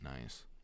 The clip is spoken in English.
Nice